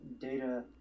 data